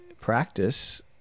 practice